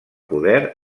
poder